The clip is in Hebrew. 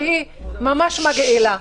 שהיא ממש מגעילה.